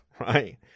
right